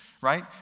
right